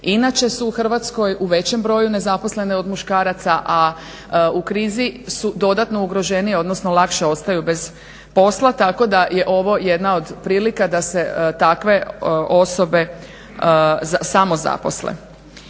inače su u Hrvatskoj u većem broju nezaposlene od muškaraca, a u krizi su dodatno ugroženije, odnosno lakše ostaju bez posla tako da je ovo jedna od prilika da se takve osobe samozaposle.